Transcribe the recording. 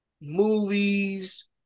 movies